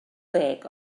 deg